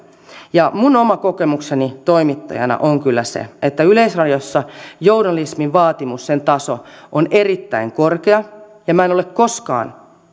minun oma kokemukseni toimittajana on kyllä se että yleisradiossa journalismin vaatimustaso on erittäin korkea ja minä en ole koskaan